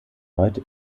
heute